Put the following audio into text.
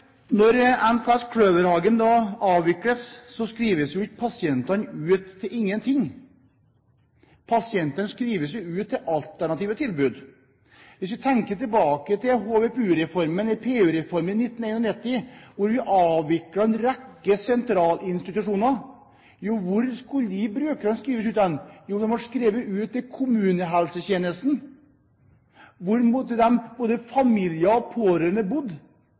Når NKS Kløverhagen da avvikles, skrives jo ikke pasientene ut til ingen ting. Pasientene skrives jo ut til alternative tilbud. Hvis vi tenker tilbake til HVPU-reformen eller PU-reformen i 1991, da vi avviklet en rekke sentrale institusjoner, hvor skulle da brukerne skrives ut hen? Jo, de ble skrevet ut til kommunehelsetjenesten – til kommuner hvor både familie og pårørende